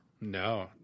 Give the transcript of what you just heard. No